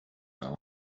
down